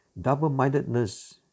Double-mindedness